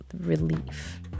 relief